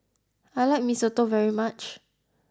I like Mee Soto very much